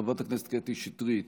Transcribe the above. חברת הכנסת קטי שטרית,